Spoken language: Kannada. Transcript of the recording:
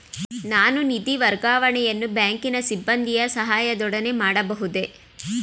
ನಾನು ನಿಧಿ ವರ್ಗಾವಣೆಯನ್ನು ಬ್ಯಾಂಕಿನ ಸಿಬ್ಬಂದಿಯ ಸಹಾಯದೊಡನೆ ಮಾಡಬಹುದೇ?